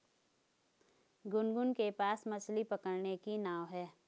गुनगुन के पास मछ्ली पकड़ने की नाव है